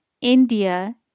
India